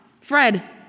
Fred